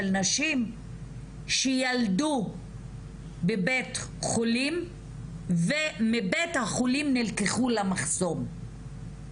נשים שילדו בבית חולים ומבית החולים נלקחו למחסום.